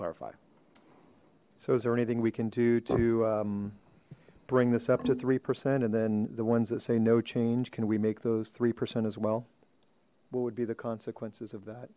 clarify so is there anything we can do to bring this up to three percent and then the ones that say no change can we make those three percent as well what would be the consequences of that